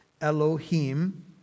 Elohim